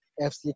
FC